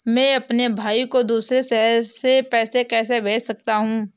मैं अपने भाई को दूसरे शहर से पैसे कैसे भेज सकता हूँ?